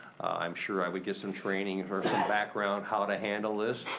i'm sure i would get some training or some background how to handle this,